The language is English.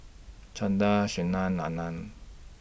Chanda Sanal Anand